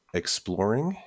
exploring